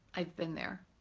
i've been there.